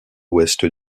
ouest